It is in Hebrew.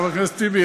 חבר הכנסת טיבי,